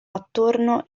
attorno